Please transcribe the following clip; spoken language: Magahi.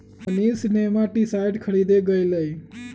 मनीष नेमाटीसाइड खरीदे गय लय